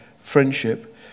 friendship